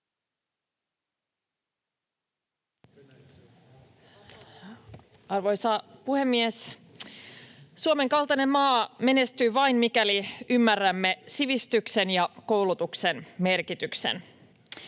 Arvoisa puhemies! Suomen kaltainen maa menestyy vain, mikäli ymmärrämme sivistyksen ja koulutuksen merkityksen.